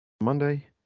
monday